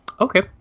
Okay